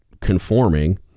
conforming